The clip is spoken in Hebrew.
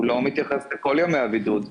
הוא לא מתייחס לכל ימי הבידוד.